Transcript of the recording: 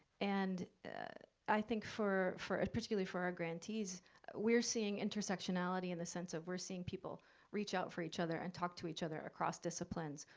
and i think for, particularly for our grantees we're seeing intersectionality in the sense of, we're seeing people reach out for each other and talk to each other across disciplines,